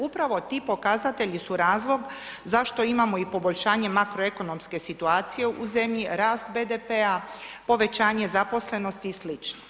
Upravo ti pokazatelji su razlog zašto imamo i poboljšanje makroekonomske situacije u zemlji, rast BDP-a, povećanje zaposlenosti i sl.